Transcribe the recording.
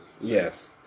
Yes